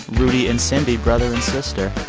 rudy and cindy brother and sister